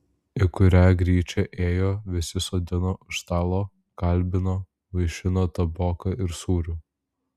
į kurią gryčią ėjo visi sodino už stalo kalbino vaišino taboka ir sūriu